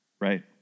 right